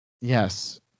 yes